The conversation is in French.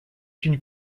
une